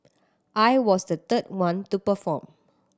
I was the third one to perform